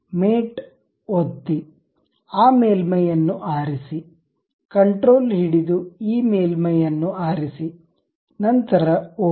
mate ಒತ್ತಿ ಆ ಮೇಲ್ಮೈಯನ್ನು ಆರಿಸಿ ಕಂಟ್ರೋಲ್ ಹಿಡಿದು ಈ ಮೇಲ್ಮೈಯನ್ನು ಆರಿಸಿ ನಂತರ ಓಕೆ